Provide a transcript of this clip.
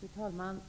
Fru talman!